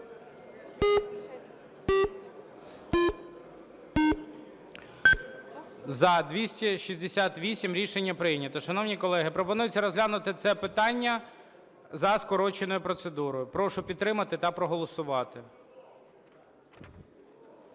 За-268 Рішення прийнято. Шановні колеги, пропонується розглянути це питання за скороченою процедурою. Прошу підтримати та проголосувати.